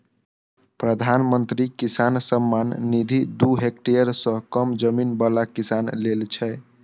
प्रधानमंत्री किसान सम्मान निधि दू हेक्टेयर सं कम जमीन बला किसान लेल छै